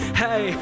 hey